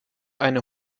eine